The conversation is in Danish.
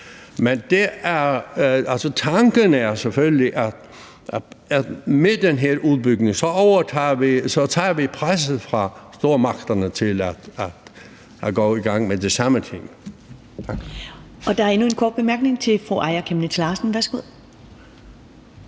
tanken er selvfølgelig, at med den her udbygning tager vi presset fra stormagterne med hensyn til at gå i gang med de samme ting.